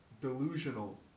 delusional